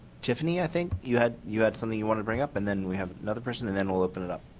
tiffany i think. you had you had something you want to bring up and then we have another person then then we'll open it up.